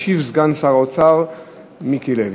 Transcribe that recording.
ישיב סגן שר האוצר מיקי לוי.